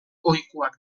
ohikoak